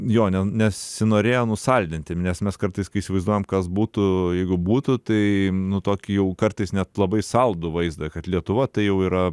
jo ne nesinorėjo nusaldinti nes mes kartais įsivaizduojam kas būtų jeigu būtų tai nu tokį jau kartais net labai saldų vaizdą kad lietuva tai jau yra